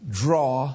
draw